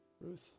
Ruth